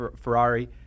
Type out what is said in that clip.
Ferrari